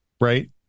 Right